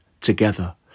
together